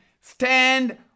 stand